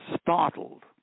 startled